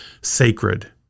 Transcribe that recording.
sacred